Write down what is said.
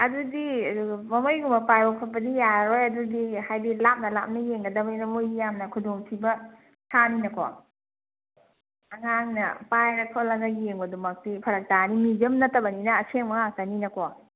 ꯑꯗꯨꯗꯤ ꯃꯃꯩꯒꯨꯝꯕ ꯄꯥꯏꯕ ꯈꯣꯠꯄꯗꯤ ꯌꯥꯔꯔꯣꯏ ꯑꯗꯨꯗꯤ ꯍꯥꯏꯗꯤ ꯂꯥꯞꯅ ꯂꯥꯞꯅ ꯌꯦꯡꯒꯗꯕꯅꯤꯅ ꯃꯣꯏꯗꯤ ꯌꯥꯝꯅ ꯈꯨꯗꯣꯡ ꯊꯤꯕ ꯁꯥꯅꯤꯅꯀꯣ ꯑꯉꯥꯡꯅ ꯄꯥꯏꯔ ꯈꯣꯠꯂꯒ ꯌꯦꯡꯕꯗꯨꯃꯛꯇꯤ ꯐꯔꯛ ꯇꯥꯅꯤ ꯃꯤꯎꯖꯤꯌꯝ ꯅꯠꯇꯕꯅꯤꯅ ꯑꯁꯦꯡꯕ ꯉꯥꯛꯇꯅꯤꯅꯀꯣ